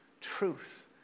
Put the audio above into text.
truth